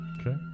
Okay